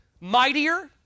mightier